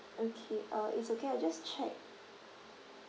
okay uh it's okay I'll just check